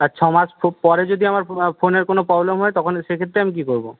আচ্ছা আমার খুব পরে যদি আমার ফোনের কোনো প্রবলেম হয় তখন সে ক্ষেত্রে আমি কি করবো